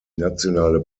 nationale